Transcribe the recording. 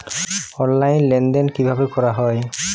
Online লেনদেন কিভাবে করা হয়?